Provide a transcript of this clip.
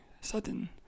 sudden